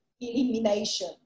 elimination